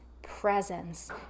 Presence